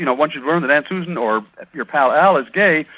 you know once you've learned that aunt susan or your pal al is gay,